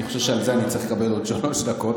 אני חושב שעל זה אני צריך לקבל עוד שלוש דקות,